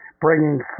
bringing